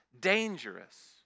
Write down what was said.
dangerous